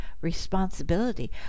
responsibility